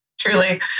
Truly